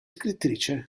scrittrice